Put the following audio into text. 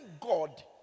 God